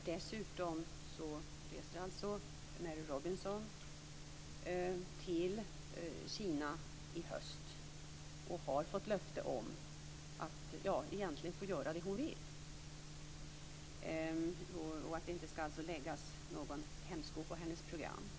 Dessutom reser alltså Mary Robinson till Kina i höst. Hon har fått löfte om att göra det hon vill och att det inte skall läggas någon hämsko på hennes program.